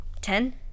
Ten